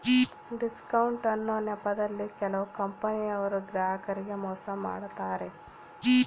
discount ಅನ್ನೊ ನೆಪದಲ್ಲಿ ಕೆಲವು ಕಂಪನಿಯವರು ಗ್ರಾಹಕರಿಗೆ ಮೋಸ ಮಾಡತಾರೆ